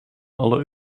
alle